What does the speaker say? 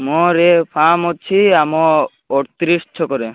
ମୋର୍ ଏ ଫାର୍ମ ଅଛି ଆମ ଅଠତିରିଶ ଛକରେ